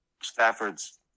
Stafford's